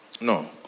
No